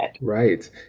Right